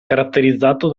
caratterizzato